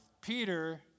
Peter